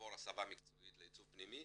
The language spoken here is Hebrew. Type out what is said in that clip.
לעבור הסבה מקצועית לעיצוב פנים,